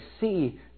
see